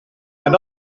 and